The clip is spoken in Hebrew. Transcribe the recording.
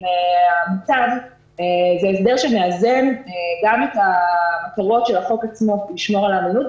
זה הסדר שמאזן גם את החובות ש החוק עצמו - לשמור על אמינות.